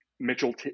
Mitchell